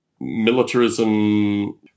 militarism